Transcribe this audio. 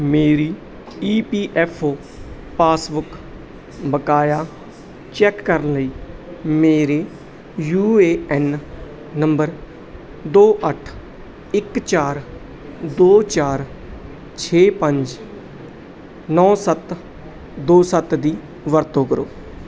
ਮੇਰੀ E P F O passbook ਬਕਾਇਆ check ਕਰਨ ਲਈ ਮੇਰੇ ਯੂ ਏ ਐਨ ਨੰਬਰ ਦੋ ਅੱਠ ਇੱਕ ਚਾਰ ਦੋ ਚਾਰ ਛੇ ਪੰਜ ਨੌਂ ਸੱਤ ਦੋ ਸੱਤ ਦੀ ਵਰਤੋਂ ਕਰੋ